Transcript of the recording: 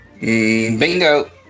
Bingo